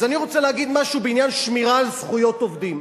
אז אני רוצה להגיד משהו בעניין שמירה על זכויות עובדים,